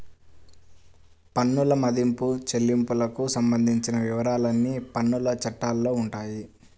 పన్నుల మదింపు, చెల్లింపులకు సంబంధించిన వివరాలన్నీ పన్నుల చట్టాల్లో ఉంటాయి